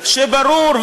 וברור,